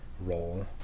role